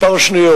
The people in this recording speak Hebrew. כמה שניות,